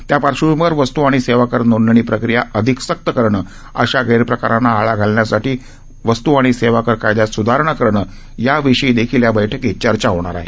त्या पार्श्वभूमीवर वस्तू आणि सेवाकर नोंदणी प्रक्रिया अधिक सक्त करणं अशा गैरप्रकारांना आळा घालण्यासाठी वस्त् आणि सेवाकर कायद्यात सुधारणा करणं याविषयीदेखील या बैठकीत चर्चा होणार आहे